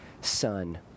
son